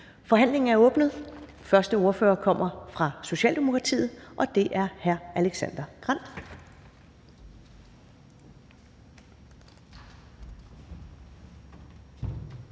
Forhandlingen er åbnet, og den første ordfører kommer fra Socialdemokratiet. Det er hr. Alexander Grandt.